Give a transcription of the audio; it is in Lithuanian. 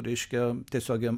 reiškia tiesiog jam